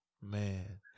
Man